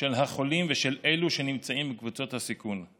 של החולים ושל אלו שנמצאים בקבוצות סיכון,